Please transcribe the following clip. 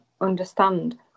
understand